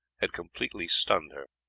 had completely stunned her.